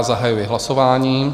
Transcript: Zahajuji hlasování.